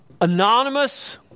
anonymous